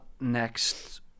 next